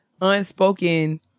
unspoken